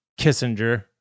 Kissinger